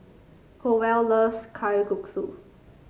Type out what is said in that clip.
Howell loves Kalguksu